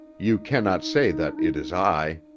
you cannot say that it is i.